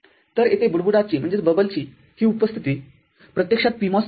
तर येथे बुडबुडाची ही उपस्थिती प्रत्यक्षात PMOS दर्शवते